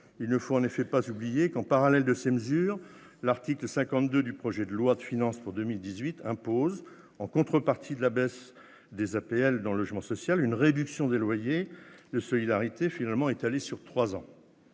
? Ne l'oublions pas non plus, en parallèle à ces mesures, l'article 52 du projet de loi de finances pour 2018 impose, en contrepartie de la baisse des APL dans le logement social, une réduction des loyers de solidarité finalement étalée sur trois ans.